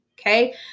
Okay